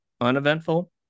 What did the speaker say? uneventful